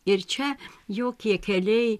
ir čia jokie keliai